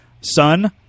son